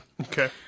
Okay